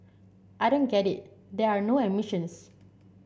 I don't get it there are no emissions